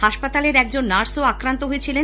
হাসপাতালের একজন নার্সও আক্রান্ত হয়েছিলেন